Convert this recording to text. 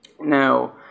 Now